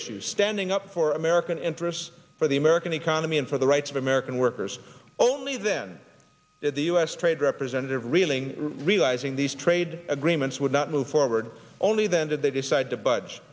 issues standing up for american interests for the american economy and for the rights of american workers only then the u s trade representative reeling realizing these trade agreements would not move forward only then did they decide to budge